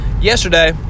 Yesterday